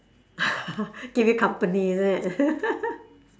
keep you company is it